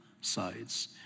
sides